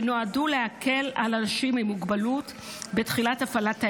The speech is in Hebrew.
שנועדו להקל על אנשים עם מוגבלות בתחילת הפעלת ההסדר.